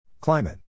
Climate